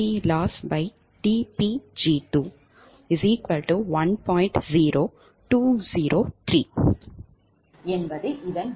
0203 இதன் விடை